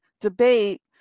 debate